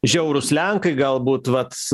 žiaurūs lenkai galbūt vat